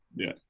yeah.